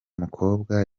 mukobwa